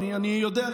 אני יודע,